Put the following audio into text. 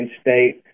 State